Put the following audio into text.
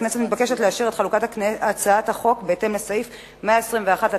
הכנסת מתבקשת לאשר את חלוקת הצעת החוק בהתאם לסעיף 121 לתקנון.